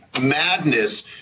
madness